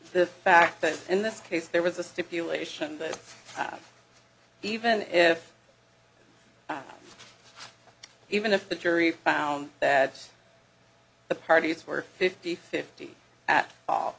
the fact that in this case there was a stipulation that even if even if the jury found that the parties were fifty fifty at all